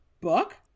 book